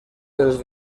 dels